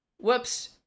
whoops